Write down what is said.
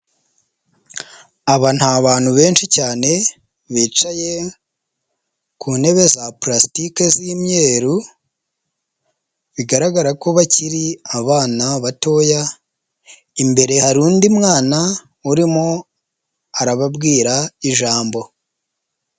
Aba ni abantu benshi cyane, bicaye, ku ntebe za palasitike z' imyeru, bigaragara ko bakiri abana batoya, imbere hari undi mwana urimo arababwira ijambo.